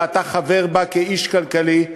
ואתה חבר בה כאיש כלכלי,